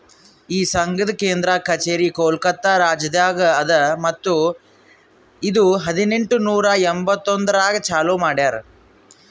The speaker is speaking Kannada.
ಈ ಸಂಘದ್ ಕೇಂದ್ರ ಕಚೇರಿ ಕೋಲ್ಕತಾ ರಾಜ್ಯದಾಗ್ ಅದಾ ಮತ್ತ ಇದು ಹದಿನೆಂಟು ನೂರಾ ಎಂಬತ್ತೊಂದರಾಗ್ ಚಾಲೂ ಮಾಡ್ಯಾರ್